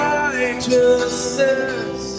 righteousness